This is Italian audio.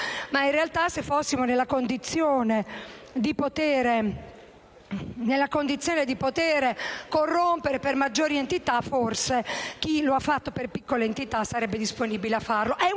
ma, in realtà, se fosse nella condizione di poter corrompere per maggiori entità, forse chi l'ha fatto per piccole entità sarebbe disponibile.